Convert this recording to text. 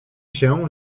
się